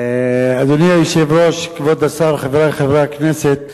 אדוני היושב-ראש, כבוד השר, חברי חברי הכנסת,